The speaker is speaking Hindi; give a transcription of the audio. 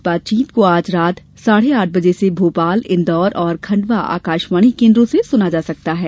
इस बातचीत को आज रात साढ़े आठ बजे से भोपाल इंदौर और खंडवा आकाशवाणी केन्द्रों से सुना जा सकता है